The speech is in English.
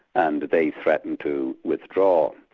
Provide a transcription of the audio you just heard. and they threatened to withdraw,